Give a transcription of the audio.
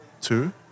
two